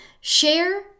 share